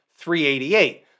388